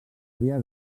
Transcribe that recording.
havia